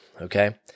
Okay